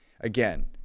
Again